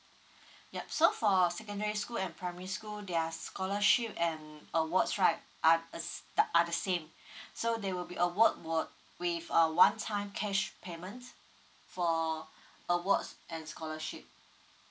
yup so for secondary school and primary school their scholarship and awards right are uh s~ the are the same so they will be award what with a one time cash payment for awards and scholarship